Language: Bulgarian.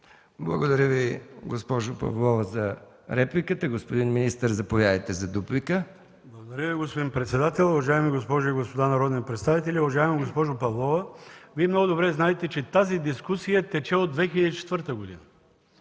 Благодаря Ви, госпожо Павлова, за репликата. Господин министър, заповядайте за дуплика. МИНИСТЪР ХАСАН АДЕМОВ: Благодаря Ви, господин председател. Уважаеми госпожи и господа народни представители, уважаема госпожо Павлова! Много добре знаете, че тази дискусия тече от 2004 г.